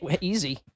Easy